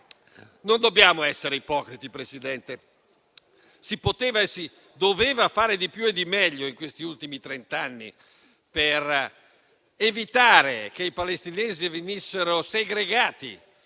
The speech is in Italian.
Non dobbiamo essere ipocriti, Presidente: si poteva e si doveva fare di più e meglio, negli ultimi trent'anni, per evitare che i palestinesi venissero segregati